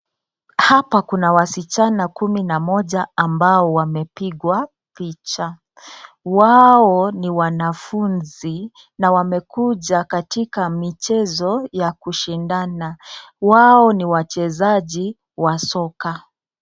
Hapa kuna wasichana kumi na moja ambao wamepigwa picha, wao ni wanafunzi na wamekuja katika michezo ya kushindana, wao ni wachezaji wa soka.